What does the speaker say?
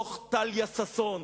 עוד דוח טליה ששון,